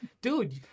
Dude